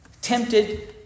Tempted